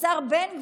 לשר בן גביר,